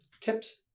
tips